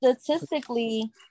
statistically